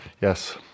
Yes